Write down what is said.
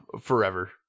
forever